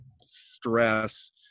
stress